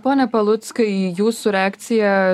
pone paluckai jūsų reakcija